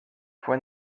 fue